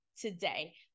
today